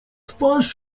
twarz